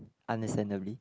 understandably